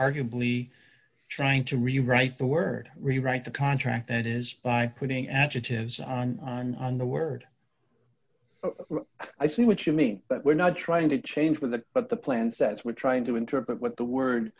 arguably trying to rewrite the word rewrite the contract that is by putting adjectives on on on the word i see what you mean but we're not trying to change with the what the plan sets we're trying to interpret what the word